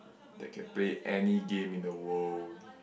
that can play any game in the world